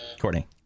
Courtney